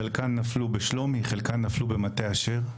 חלקן נפלו בשלומי, חלקן נפלו במטה אשר.